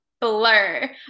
blur